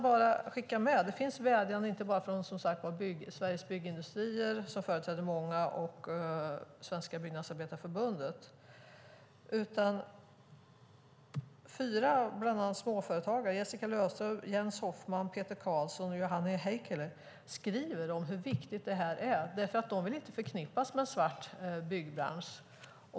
Det finns vädjanden inte bara från Sveriges Byggindustrier, som företräder många, och Svenska Byggnadsarbetareförbundet, utan också fyra småföretagare, Jessica Löfström, Jens Hoffman, Peter Karlsson och Juhani Heikkilä, skriver om hur viktigt detta är. De vill inte förknippas med en svart byggbransch.